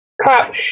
crap